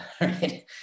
right